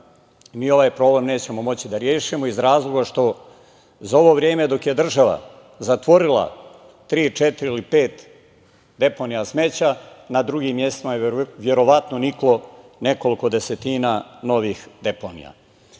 mi ovaj problem nećemo moći da rešimo iz razloga što za ovo vreme dok je država zatvorila tri, četiri ili pet deponija smeća na drugim mestima je verovatno niklo nekoliko desetina novih deponija. Prosto